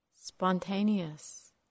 Spontaneous